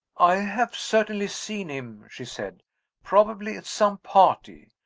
i have certainly seen him, she said probably at some party.